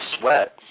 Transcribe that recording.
Sweat